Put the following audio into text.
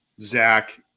Zach